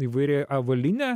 įvairi avalyne